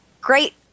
great